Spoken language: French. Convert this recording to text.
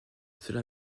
cela